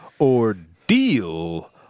ordeal